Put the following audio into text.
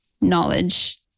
knowledge